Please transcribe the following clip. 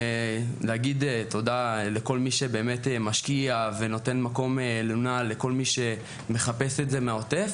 תודה לכל מי שמשקיע ונותן מקום לינה לכל מי שמחפש מהעוטף